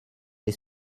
les